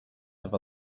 have